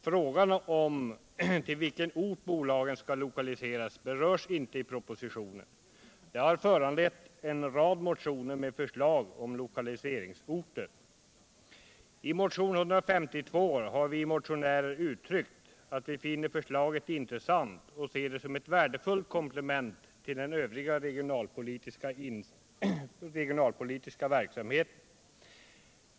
Frågan om till vilken ort bolagen skall lokaliseras berörs inte i propositionen. Detta har föranlett en rad motioner med förslag om lokaliseringsorter. I motionen 152 har vi motionärer anfört att vi finner förslaget intressant och ser det som ett värdefullt komplement till den övriga regionalpolitiska verksamheten.